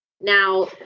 Now